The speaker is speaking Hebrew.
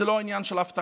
זה לא עניין של הבטחה,